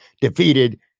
defeated